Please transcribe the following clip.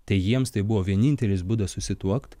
tai jiems tai buvo vienintelis būdas susituokt